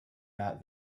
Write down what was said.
not